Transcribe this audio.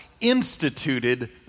instituted